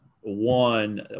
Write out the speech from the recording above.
one